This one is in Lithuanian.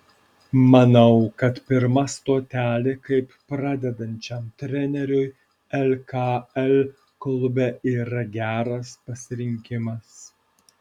manau kad pirma stotelė kaip pradedančiam treneriui lkl klube yra geras pasirinkimas